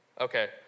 Okay